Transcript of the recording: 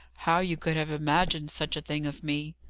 how you could have imagined such a thing of me.